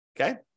okay